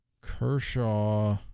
Kershaw –